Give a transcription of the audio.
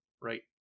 right